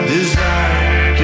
Desire